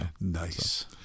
nice